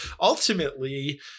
Ultimately